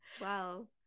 Wow